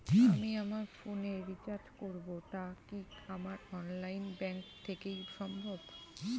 আমি আমার ফোন এ রিচার্জ করব টা কি আমার অনলাইন ব্যাংক থেকেই সম্ভব?